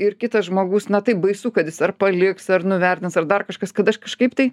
ir kitas žmogus na taip baisu kad jis ar paliks ar nuvertins ar dar kažkas kad aš kažkaip tai